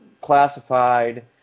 classified